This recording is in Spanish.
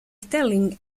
stirling